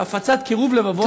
בהפצת קירוב לבבות,